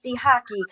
hockey